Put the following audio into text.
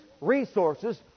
resources